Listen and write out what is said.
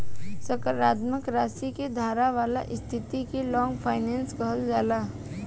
सकारात्मक राशि के धारक वाला स्थिति के लॉन्ग फाइनेंस कहल जाला